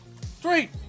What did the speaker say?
three